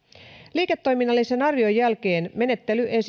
liiketoiminnallisen arvion jälkeen menettely